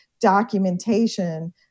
Documentation